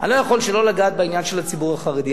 שאני לא יכול שלא לגעת בעניין של הציבור החרדי.